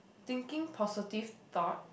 thinking positive thought